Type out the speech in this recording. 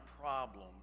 problem